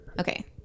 okay